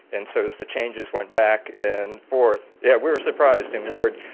and so as the changes went back and forth, yeah, we were surprised in word,